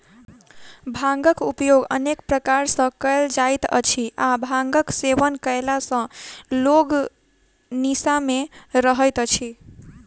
भांगक उपयोग अनेक प्रकार सॅ कयल जाइत अछि आ भांगक सेवन कयला सॅ लोक निसा मे रहैत अछि